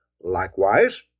Likewise